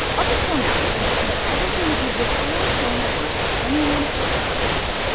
up until now, we've been talking about everything you do before saying a word to anyone at work about quitting.